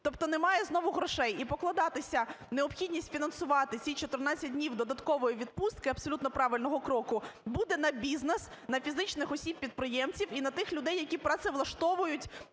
Тобто немає знову грошей, і покладатися необхідність фінансувати ці 14 днів додаткової відпустки, абсолютно правильного кроку, буде на бізнес, на фізичних осіб-підприємців і на тих людей, які працевлаштовують